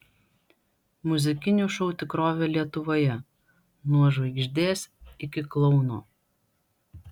muzikinių šou tikrovė lietuvoje nuo žvaigždės iki klouno